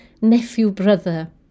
nephew-brother